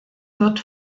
wird